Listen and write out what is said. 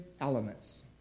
elements